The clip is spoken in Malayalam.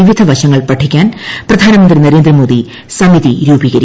പിപിധ വശങ്ങൾ പഠിക്കാൻ പ്രപ്രധാനമന്ത്രി നരേന്ദ്രമോദി സമിതി രൂപീകരിക്കും